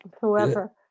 Whoever